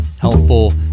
helpful